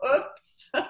oops